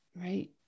Right